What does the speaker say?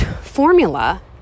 formula